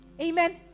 Amen